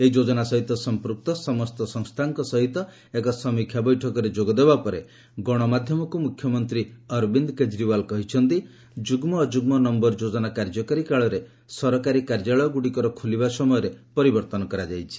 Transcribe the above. ଏହି ଯୋଜନା ସହିତ ସଂପ୍ରକ୍ତ ସମସ୍ତ ସଂସ୍କାଙ୍କ ସହିତ ଏକ ସମୀକ୍ଷା ବୈଠକରେ ଯୋଗଦେବା ପରେ ଗଣମାଧ୍ୟମଗୁଡ଼ିକୁ ମୁଖ୍ୟମନ୍ତ୍ରୀ ଅରବିନ୍ଦ କେଜ୍ରିଓ୍ବାଲ କହିଛନ୍ତି ଯୁଗ୍ମ ଅଯୁଗ୍ମ ନୟର ଯୋଜନା କାର୍ଯ୍ୟକାରୀ କାଳରେ ସରକାରୀ କାର୍ଯ୍ୟାଳୟଗୁଡ଼ିକର ଖୋଲିବା ସମୟରେ ପରିବର୍ତ୍ତନ କରାଯାଇଛି